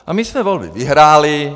A my jsme volby vyhráli.